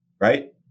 right